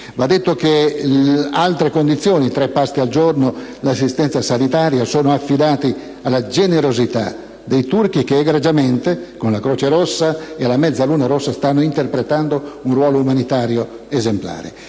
Va detto che altre condizioni, tre pasti al giorno e l'assistenza sanitaria, sono affidate alla generosità dei turchi, che egregiamente, con la Croce Rossa e la Mezzaluna Rossa, stanno interpretando un ruolo esemplare.